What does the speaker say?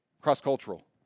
cross-cultural